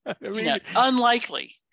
unlikely